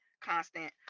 Constant